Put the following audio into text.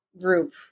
group